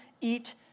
eat